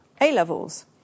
A-levels